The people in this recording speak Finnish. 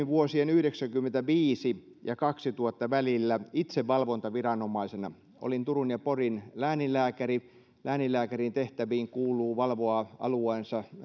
vuosien yhdeksänkymmentäviisi ja kaksituhatta välillä itse valvontaviranomaisena olin turun ja porin lääninlääkäri lääninlääkärin tehtäviin kuuluu valvoa alueensa